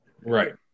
Right